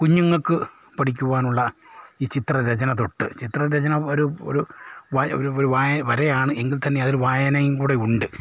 കുഞ്ഞുങ്ങൾക്ക് പഠിക്കുവാനുള്ള ഈ ചിത്രരചന തൊട്ട് ചിത്രരചന ഒരു ഒരു വരയാണ് എങ്കിൽ തന്നെ അതിൽ വായനയും കൂടെ ഉണ്ട്